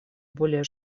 более